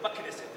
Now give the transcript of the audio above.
ובכנסת,